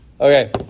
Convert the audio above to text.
Okay